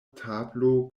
tablo